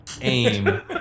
aim